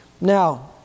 Now